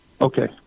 Okay